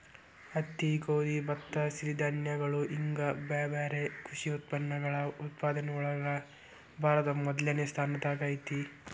ಹತ್ತಿ, ಗೋಧಿ, ಭತ್ತ, ಸಿರಿಧಾನ್ಯಗಳು ಹಿಂಗ್ ಬ್ಯಾರ್ಬ್ಯಾರೇ ಕೃಷಿ ಉತ್ಪನ್ನಗಳ ಉತ್ಪಾದನೆಯೊಳಗ ಭಾರತ ಮೊದಲ್ನೇ ಸ್ಥಾನದಾಗ ಐತಿ